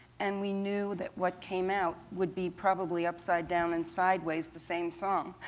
and we knew that what came out would be probably upside down and sideways the same song.